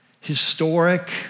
historic